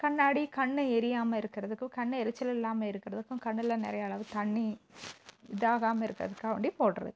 கண்ணாடி கண் எரியாமல் இருக்குறதுக்கும் கண் எரிச்சல் இல்லாமல் இருக்குறதுக்கும் கண்ணில் நிறையா அளவில் தண்ணி இதாகாமல் இருக்குறதுக்காவண்டி போடுறது